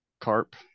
carp